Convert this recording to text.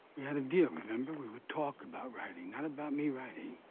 we had a deal, remember? we would talk about writing. not about me writing.